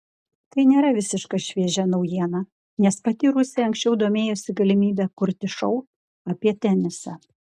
tai nėra visiškai šviežia naujiena nes pati rusė anksčiau domėjosi galimybe kurti šou apie tenisą